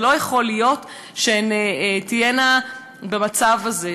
זה לא יכול להיות שהן תהיינה במצב הזה.